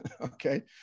okay